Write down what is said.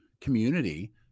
community